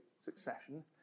succession